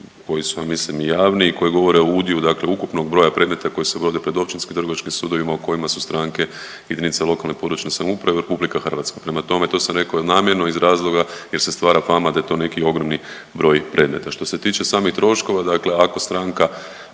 koji su ja mislim i javni i koji govore o udjelu dakle ukupnog broja predmeta koji se obavlja pred općinskim i trgovačkim sudovima u kojima su stranke jedinice lokalne i područne samouprave i RH. Prema tome, to sam rekao namjerno iz razloga jer se stvara fama da je to neki ogromni broj predmeta. Što se tiče samih troškova, dakle ako stranka